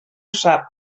sap